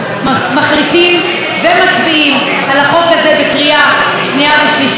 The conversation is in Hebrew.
מחליטים ומצביעים על החוק הזה בקריאה שנייה ושלישית.